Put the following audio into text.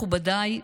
מכובדיי,